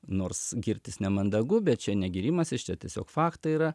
nors girtis nemandagu bet čia ne gyrimasis čia tiesiog faktai yra